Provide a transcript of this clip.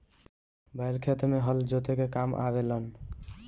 बैल खेत में हल जोते के काम आवे लनअ